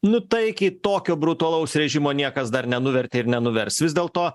nu taikiai tokio brutalaus režimo niekas dar nenuvertė ir nenuvers vis dėlto